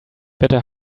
better